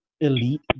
elite